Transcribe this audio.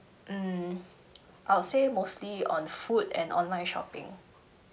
mm I'll say mostly on food and online shopping